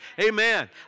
Amen